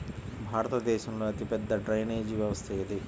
భారతదేశంలో అతిపెద్ద డ్రైనేజీ వ్యవస్థ ఏది?